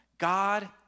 God